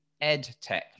EdTech